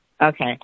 Okay